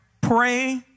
Pray